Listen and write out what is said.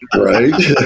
right